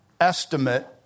estimate